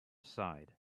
side